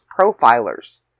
profilers